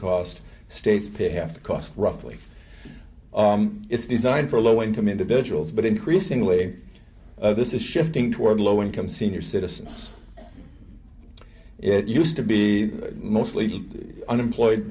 cost states pay half the cost roughly it's designed for low income individuals but increasingly this is shifting toward low income senior citizens it used to be mostly unemployed